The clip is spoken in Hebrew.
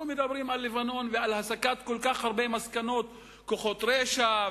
אנחנו מדברים על לבנון ועל הסקת כל כך הרבה מסקנות: כוחות רשע,